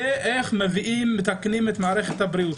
איך מתקנים את מערכת הבריאות.